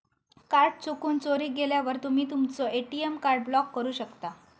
card चुकून, चोरीक गेल्यावर तुम्ही तुमचो ए.टी.एम कार्ड ब्लॉक करू शकता